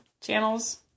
channels